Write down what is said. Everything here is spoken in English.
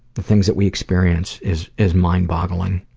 the things that we experience is is mind-boggling.